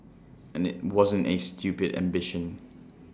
and IT wasn't A stupid ambition